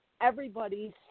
everybody's